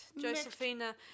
Josephina